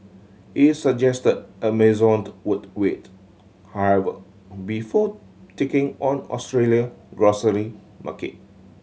he suggested Amazon would wait however before taking on Australia grocery market